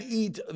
eat